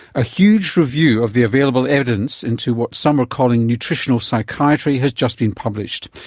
a huge review of the available evidence into what some are calling nutritional psychiatry has just been published.